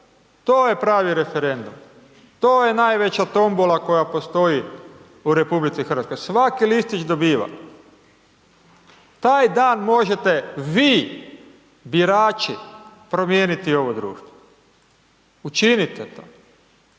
to je pravi referendum, to je najveća tombola koja postoji u RH, svaki listić dobiva. Taj dan možete vi birači promijeniti ovo društvo, učinite to,